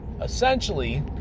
essentially